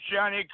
Johnny